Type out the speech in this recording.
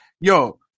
Yo